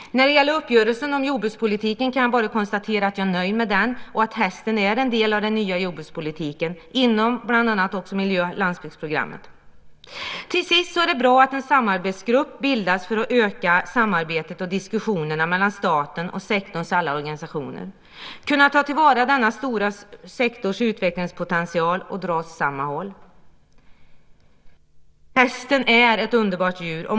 När det gäller uppgörelsen om jordbrukspolitiken kan jag bara konstatera att jag är nöjd med den. Hästen är en del av den nya jordbrukspolitiken också inom bland annat miljö och landsbygdsprogrammet. Till sist är det bra att en samarbetsgrupp bildas för att öka samarbetet och diskussionerna mellan staten och sektorns alla organisationer. Vi måste kunna ta till vara denna sektors stora utvecklingspotential och dra åt samma håll. Hästen är ett underbart djur.